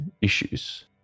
issues